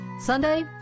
Sunday